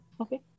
Okay